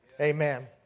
Amen